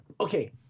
okay